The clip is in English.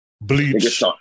Bleach